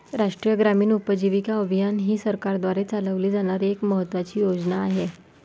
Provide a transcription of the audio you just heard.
राष्ट्रीय ग्रामीण उपजीविका अभियान ही सरकारद्वारे चालवली जाणारी एक महत्त्वाची योजना आहे